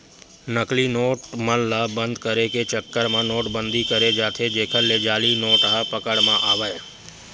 नकली नोट मन ल बंद करे के चक्कर म नोट बंदी करें जाथे जेखर ले जाली नोट ह पकड़ म आवय